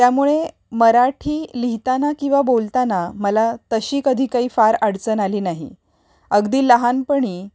त्यामुळे मराठी लिहिताना किंवा बोलताना मला तशी कधी काही फार अडचण आली नाही अगदी लहानपणी